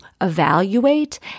evaluate